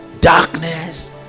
darkness